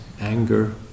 anger